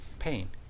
pain